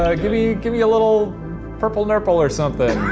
uhh, gimme, gimme a little purple nerple or something,